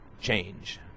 change